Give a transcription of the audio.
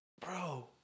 bro